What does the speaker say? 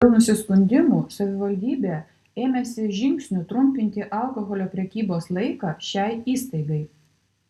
dėl nusiskundimų savivaldybė ėmėsi žingsnių trumpinti alkoholio prekybos laiką šiai įstaigai